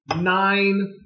nine